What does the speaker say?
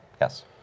Yes